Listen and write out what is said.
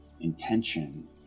intention